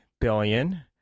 billion